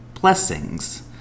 blessings